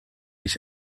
ich